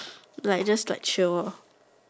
like just like chill lor